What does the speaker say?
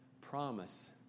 Promise